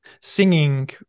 singing